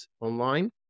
online